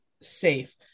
safe